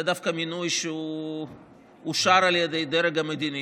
זה דווקא מינוי שאושר על ידי הדרג המדיני,